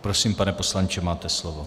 Prosím, pane poslanče máte slovo.